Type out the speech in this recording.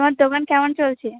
তোমার দোকান কেমন চলছে